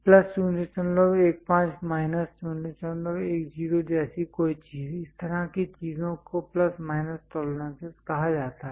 plus 015 minus 010 जैसी कोई चीज इस तरह की चीजों को प्लस माइनस टॉलरेंसेस कहा जाता है